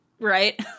Right